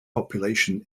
population